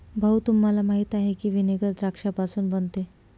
भाऊ, तुम्हाला माहीत आहे की व्हिनेगर द्राक्षापासून बनते